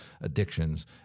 addictions